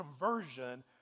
conversion